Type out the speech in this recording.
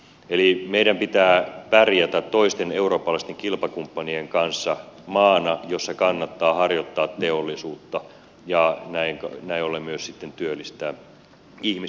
eli meidän pitää pärjätä toisten eurooppalaisten kilpakumppanien kanssa maana jossa kannattaa harjoittaa teollisuutta ja näin ollen myös sitten työllistää ihmisiä